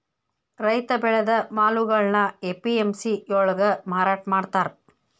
ರೈತ ಬೆಳೆದ ಮಾಲುಗಳ್ನಾ ಎ.ಪಿ.ಎಂ.ಸಿ ಯೊಳ್ಗ ಮಾರಾಟಮಾಡ್ತಾರ್